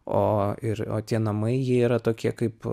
o ir o tie namai yra tokie kaip